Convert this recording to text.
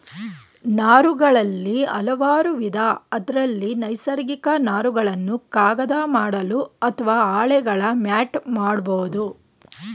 ನಾರುಗಳಲ್ಲಿ ಹಲವಾರುವಿಧ ಅದ್ರಲ್ಲಿ ನೈಸರ್ಗಿಕ ನಾರುಗಳನ್ನು ಕಾಗದ ಮಾಡಲು ಅತ್ವ ಹಾಳೆಗಳ ಮ್ಯಾಟ್ ಮಾಡ್ಬೋದು